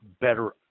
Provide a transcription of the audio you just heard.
better